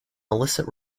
illicit